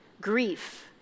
grief